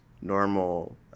normal